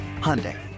Hyundai